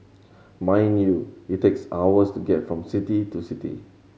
mind you it takes hours to get from city to city